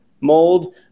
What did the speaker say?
mold